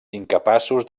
incapaços